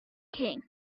king